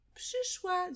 przyszła